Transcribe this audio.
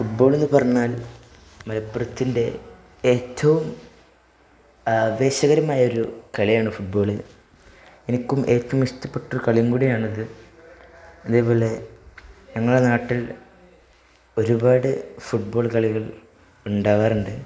ഫുട്ബോളെന്നു പറഞ്ഞാൽ മലപ്പുറത്തിൻ്റെ ഏറ്റവും ആവേശകരമായ ഒരു കളിയാണ് ഫുട്ബോൾ എനിക്കും ഏക്കം ഇഷ്ടപ്പെട്ടൊരുകളിയും കൂടിയാണത് അതേപോലെ ഞങ്ങളുടെ നാട്ടിൽ ഒരുപാട് ഫുട്ബോൾ കളികൾ ഉണ്ടാകാറുണ്ട്